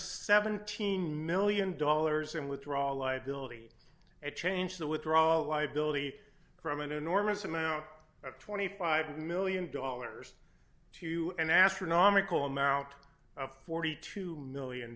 seventeen million dollars in withdraw liability and change the withdraw liability from an enormous amount of twenty five million dollars to an astronomical amount of forty two million